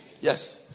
Yes